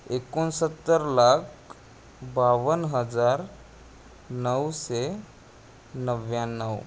एकोणसत्तर लाख बावन्न हजार नऊशे नव्याण्णव